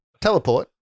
Teleport